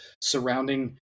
surrounding